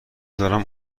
دارم